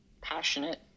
passionate